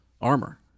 armor